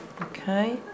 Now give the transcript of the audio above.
Okay